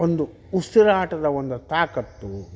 ಒಂದು ಉಸಿರಾಟದ ಒಂದ ತಾಕತ್ತು